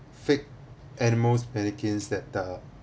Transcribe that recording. fake animals' mannequins that the